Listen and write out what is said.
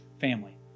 family